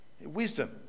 Wisdom